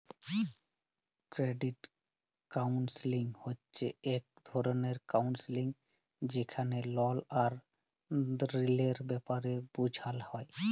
credit counselling হছে ইক রকমের কাউল্সেলিং যেখালে লল আর ঋলের ব্যাপারে বুঝাল হ্যয়